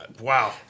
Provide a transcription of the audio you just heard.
Wow